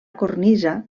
cornisa